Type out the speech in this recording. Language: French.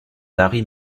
larry